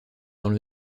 dans